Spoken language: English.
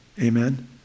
amen